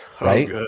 right